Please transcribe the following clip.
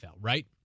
right